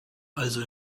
also